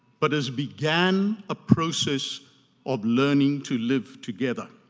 but has began a process of learning to live together.